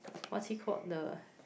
what's it call the